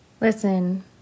Listen